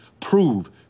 Prove